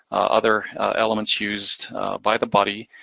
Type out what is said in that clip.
other elements used by the body,